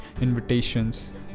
invitations